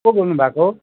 को बोल्नु भएको